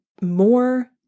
more